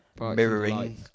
Mirroring